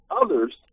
others